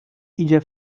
idzie